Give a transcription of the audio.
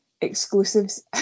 exclusives